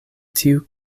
tiu